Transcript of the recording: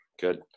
Good